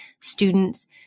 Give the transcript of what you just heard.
students